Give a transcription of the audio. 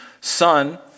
son